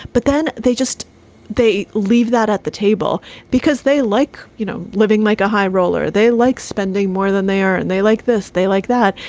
but then they just they leave that at the table because they like, you know, living like a high roller. they like spending more than they are. and they like this. they like that.